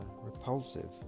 repulsive